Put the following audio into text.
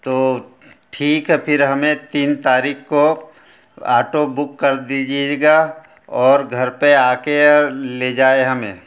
तो ठीक है फिर हमे तीन तारीख़ को आटो बुक कर दीजिएगा और घर पर आ कर ले जाएं हमें